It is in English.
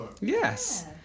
Yes